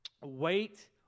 Wait